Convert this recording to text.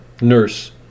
nurse